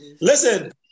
Listen